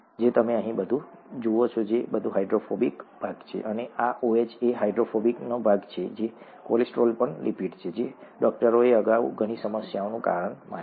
તમે આ બધું અહીં જુઓ છો આ બધું હાઇડ્રોફોબિક ભાગ છે અને આ OH એ હાઇડ્રોફિલિક ભાગ છે ઠીક છે અને કોલેસ્ટ્રોલ પણ એક લિપિડ છે જે ડોકટરોએ અગાઉ ઘણી સમસ્યાઓનું કારણ માન્યું હતું